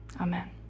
amen